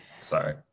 Sorry